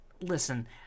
Listen